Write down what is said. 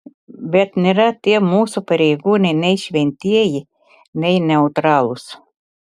bet nėra tie mūsų pareigūnai nei šventieji nei neutralūs